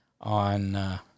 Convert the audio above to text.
on –